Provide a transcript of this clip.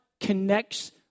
connects